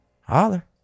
Holler